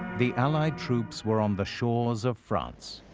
the allied troops were on the shores of france.